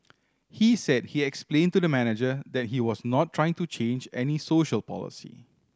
he said he explained to the manager that he was not trying to change any social policy